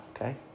okay